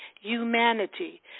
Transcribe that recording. humanity